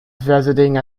visiting